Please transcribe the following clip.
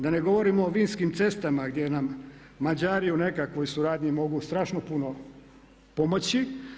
Da ne govorimo o vinskim cestama gdje nam Mađari u nekakvoj suradnji mogu strašno puno pomoći.